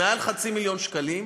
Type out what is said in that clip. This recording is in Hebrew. מעל חצי מיליון שקלים,